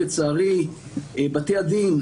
לצערי בבתי הדין,